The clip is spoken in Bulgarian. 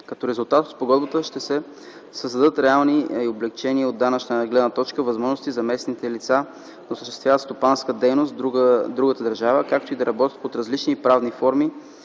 Като резултат от спогодбата ще се създадат реални облекчения от данъчна гледна точка и възможности за местните лица да осъществяват стопанска дейност в другата държава, както и да работят под различни правни форми